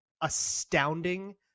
astounding